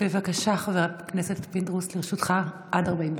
בבקשה חבר הכנסת פינדרוס, לרשותך עד 40 דקות.